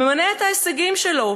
מונה את ההישגים שלו,